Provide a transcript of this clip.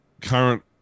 current